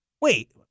Wait